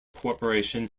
corporation